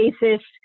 basis